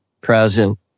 present